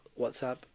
WhatsApp